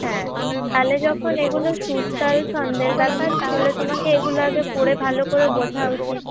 হ্যাঁ তাহলে যখন এগুলো সুর তাল ছন্দের ব্যাপার তাহলে তোমাকে এগুলো আগে পড়ে ভালো করে বোঝা উচিত